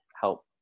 help